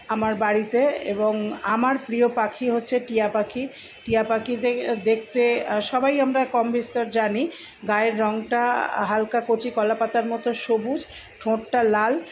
আমার বাড়িতে এবং আমার প্রিয় পাখি হচ্ছে টিয়া পাখি টিয়া পাখি দেখতে সবাই আমরা কম বিস্তর জানি গায়ের রঙটা হালকা কচি কলাপাতার মতো সবুজ ঠোঁটটা লাল